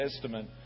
Testament